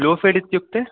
ग्लोफ़ेड् इत्युक्ते